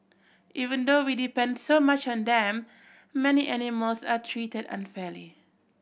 even though we depend so much on them many animals are treated unfairly